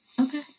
Okay